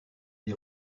des